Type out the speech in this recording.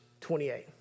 28